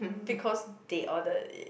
because they ordered it